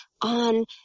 on